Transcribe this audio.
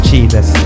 Jesus